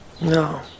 No